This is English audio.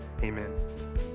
Amen